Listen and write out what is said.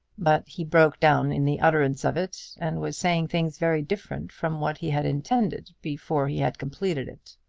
but he broke down in the utterance of it, and was saying things very different from what he had intended before he had completed it.